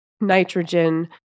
nitrogen